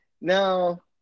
Now